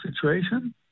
situation